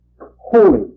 Holy